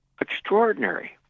Extraordinary